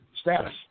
status